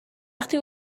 وقتی